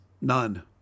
None